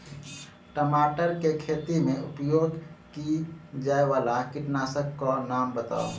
टमाटर केँ खेती मे उपयोग की जायवला कीटनासक कऽ नाम बताऊ?